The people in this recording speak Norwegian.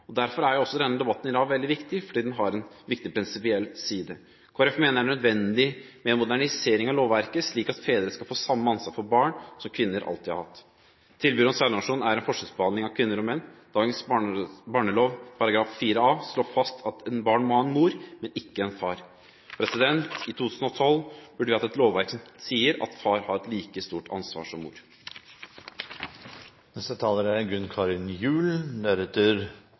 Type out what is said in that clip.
Derfor er denne debatten i dag veldig viktig – den har en viktig prinsipiell side. Kristelig Folkeparti mener det er nødvendig med en modernisering av lovverket, slik at fedre skal få samme ansvar for barn som kvinner alltid har hatt. Tilbudet om sæddonasjon er en forskjellsbehandling av kvinner og menn. Dagens barnelov § 4 a slår fast at et barn må ha en mor, men ikke en far. I 2012 burde vi ha et lovverk som sier at far har et like stort ansvar som